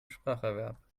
spracherwerb